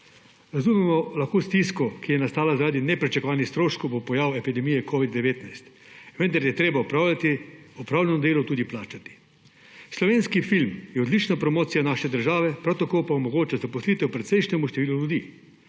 Razumemo lahko stisko, ki je nastala zaradi nepričakovanih stroškov po pojavu epidemije covid-19, vendar je treba opravljeno delo tudi plačati. Slovenski film je odlična promocija naše države, prav tako pa omogoča zaposlitev precejšnjemu številu ljudi.